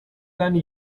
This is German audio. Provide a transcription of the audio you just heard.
seine